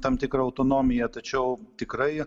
tam tikrą autonomiją tačiau tikrai